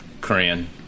Korean